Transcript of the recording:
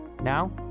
Now